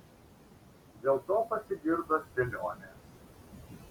dėl to pasigirdo spėlionės